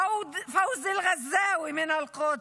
פאוזי אל גזאוי מאל-קודס,